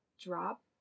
Drop